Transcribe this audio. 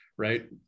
Right